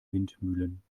windmühlen